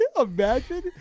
imagine